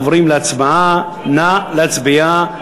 נא להצביע.